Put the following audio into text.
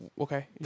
Okay